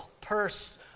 purse